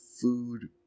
food